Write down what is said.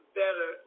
better